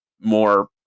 more